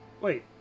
Wait